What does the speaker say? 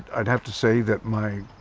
i'd have to say that my